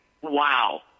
wow